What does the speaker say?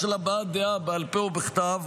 בשל הבעת דעה בעל פה או בכתב,